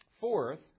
Fourth